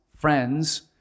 friends